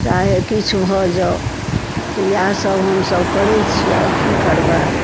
चाहे किछु भऽ जाउ तऽ इएहसब हमसभ करै छी आओर कि करबै